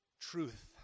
truth